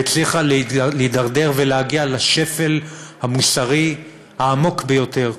והצליחה להידרדר ולהגיע לשפל המוסרי העמוק ביותר.